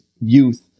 youth